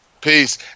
Peace